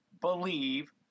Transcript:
believe